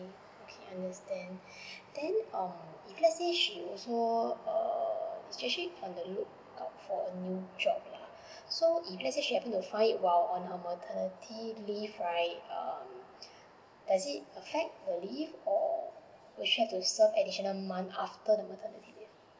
okay understand then um if let say she also err she actually on the look for a new job lah so lets say she happen to find it while on her her maternity right does it affect her leave or will she have to serve additional month after the maternity leave